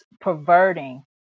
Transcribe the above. perverting